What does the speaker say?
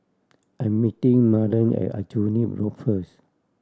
I'm meeting Marlen at Aljunied Road first